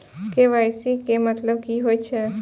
KYC के मतलब कि होई छै?